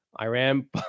Iran